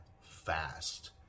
fast